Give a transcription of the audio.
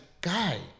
guy